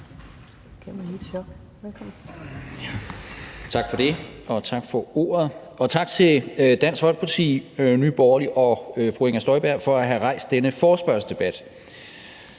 Tak for det, og tak for ordet. Tak til Dansk Folkeparti, Nye Borgerlige og fru Inger Støjberg for at have rejst denne forespørgselsdebat.